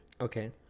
okay